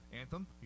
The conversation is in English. Anthem